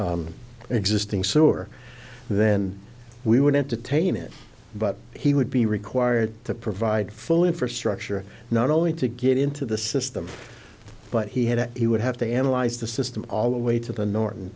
an existing sewer and then we would entertain it but he would be required to provide full infrastructure not only to get into the system but he had to he would have to analyze the system all the way to the norton